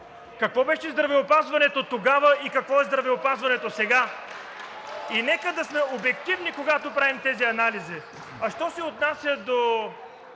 Какво беше здравеопазването тогава и какво е здравеопазването сега?! (Шум и реплики.) И нека да сме обективни, когато правим тези анализи. Що се отнася до